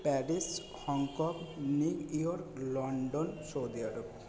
Paris Hong Kong New York London Saudi Arab